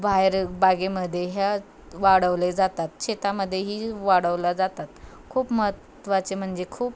बाहेर बागेमध्ये ह्या वाढवले जातात शेतामध्येही वाढवल्या जातात खूप महत्त्वाचे म्हणजे खूप